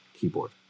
keyboard